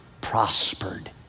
prospered